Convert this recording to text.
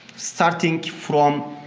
starting from